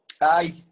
Aye